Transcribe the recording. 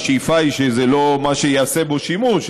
השאיפה היא שלא ייעשה בו שימוש,